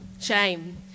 Shame